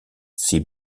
see